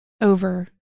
over